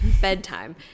bedtime